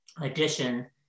addition